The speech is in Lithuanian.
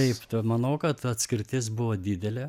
taip manau kad atskirtis buvo didelė